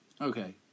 Okay